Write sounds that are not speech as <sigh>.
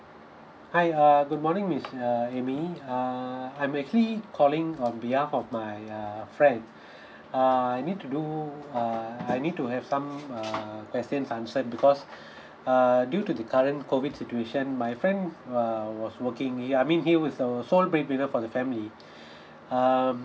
hi err good morning miss uh amy uh I'm actually calling on behalf of my uh friend <breath> uh I need to do uh I need to have some err questions answered because <breath> err due to the current COVID situation my friend uh was working he I mean he was a sole breadwinner for the family <breath> um